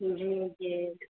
जी जी